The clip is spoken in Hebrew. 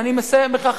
אני מסיים בכך.